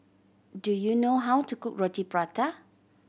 do you know how to cook Roti Prata